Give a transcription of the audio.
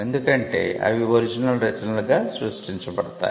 ఎందుకంటే అవి ఒరిజినల్ రచనలుగా సృష్టించబడతాయి